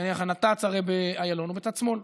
נניח, הנת"צ באיילון הוא בצד שמאל.